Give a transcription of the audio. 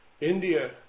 India